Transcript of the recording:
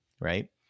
right